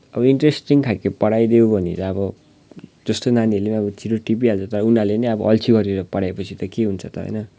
अब इन्ट्रेस्टिङ खालको पढाइदियो भनेर अब जस्तो नानीहरूले पनि अब छिटो टिपिहाल्छ तर उनीहरूले नि अब अल्छी गरेर पढाएपछि त के हुन्छ त होइन